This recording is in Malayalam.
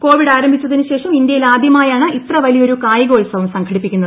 കോവിഡ് ആരംഭിച്ചതിനു ശേഷം ഇന്ത്യയിലാദ്യമായാണ് ഇത്ര വലിയൊരു കായികോത്സവം സംഘടിപ്പിക്കുന്നത്